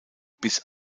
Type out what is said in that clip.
bis